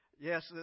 Yes